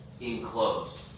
enclosed